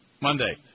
Monday